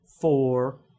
four